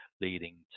leading